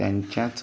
त्यांच्याच